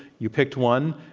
you picked one,